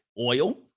oil